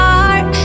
heart